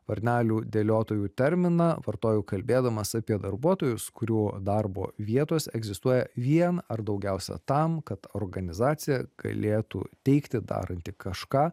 varnelių dėliotojų terminą vartoju kalbėdamas apie darbuotojus kurių darbo vietos egzistuoja vien ar daugiausia tam kad organizacija galėtų teigti daranti kažką